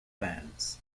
fans